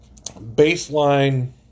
baseline